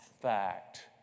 fact